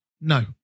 No